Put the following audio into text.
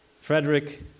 Frederick